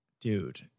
Dude